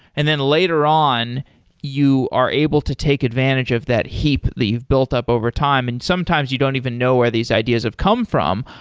and then later on you are able to take advantage of that heap that you've built up over time, and sometimes you don't even know where these ideas have come from.